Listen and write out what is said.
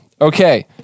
Okay